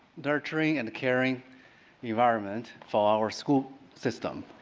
nurturing and caring environment for our school system.